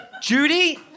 Judy